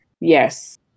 Yes